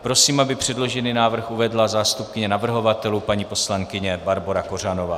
Prosím, aby předložený návrh uvedla zástupkyně navrhovatelů paní poslankyně Barbora Kořanová.